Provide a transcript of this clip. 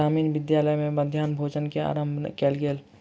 ग्रामीण विद्यालय में मध्याह्न भोजन योजना के आरम्भ कयल गेल